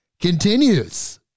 continues